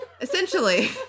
Essentially